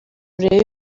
urebe